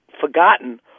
forgotten